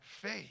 faith